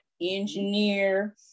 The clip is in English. engineer